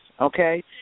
okay